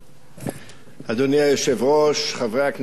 אדוני היושב-ראש, חברי הכנסת הנכבדים,